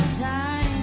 time